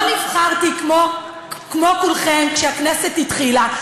לא נבחרתי כמו כולכם כשהכנסת התחילה,